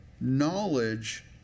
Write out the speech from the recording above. Knowledge